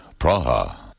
Praha